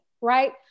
right